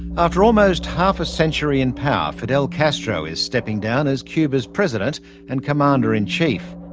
after almost half a century in power, fidel castro is stepping down as cuba's president and commander-in-chief.